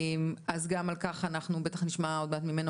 אז גם על כך אנחנו בטח נשמע עוד ממנו,